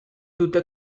dute